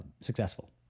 successful